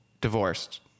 divorced